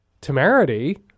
temerity